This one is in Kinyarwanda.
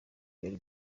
byari